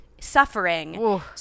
suffering